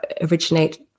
originate